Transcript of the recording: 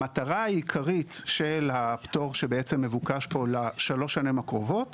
המטרה העיקרית של הפטור שמבוקש פה לשלוש השנים הקרובות